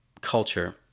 culture